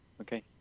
Okay